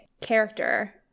character